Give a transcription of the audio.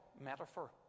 metaphor